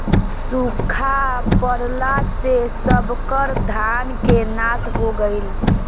सुखा पड़ला से सबकर धान के नाश हो गईल